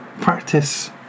practice